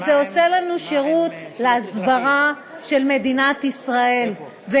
וזה עושה לנו שירות להסברה של מדינת ישראל,